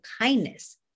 kindness